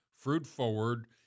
fruit-forward